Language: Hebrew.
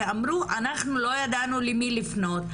ואמרו אנחנו לא ידענו למי לפנות.